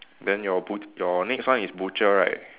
then your but~ your next one is butcher right